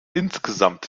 insgesamt